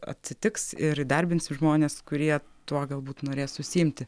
atsitiks ir įdarbinsim žmones kurie tuo galbūt norės užsiimti